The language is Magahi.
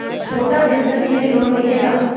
छोटा बिजनस में लोन मिलेगा?